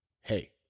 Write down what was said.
hey